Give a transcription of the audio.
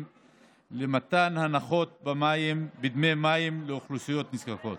למתן הנחות בדמי מים לאוכלוסיות נזקקות.